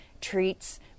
treats